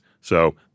So-